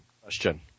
Question